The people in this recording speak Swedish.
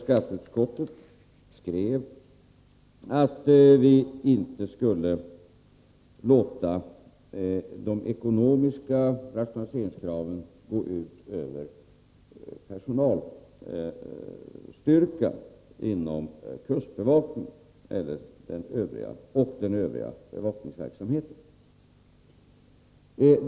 Skatteutskottet skrev därför att riksdagen inte skulle låta de ekonomiska rationaliseringskraven gå ut över personalstyrkan inom kustbevakningen och den övriga bevakningsverksamheten.